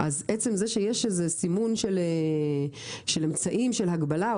אז עצם זה שיש איזה סימון של אמצעים של הגבלה או